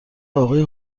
اقای